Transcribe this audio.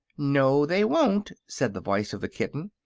no they won't, said the voice of the kitten,